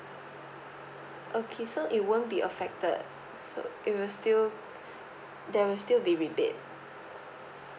okay so it won't be affected so it will still there will still be rebate